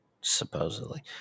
Supposedly